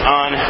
on